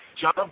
John